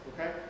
Okay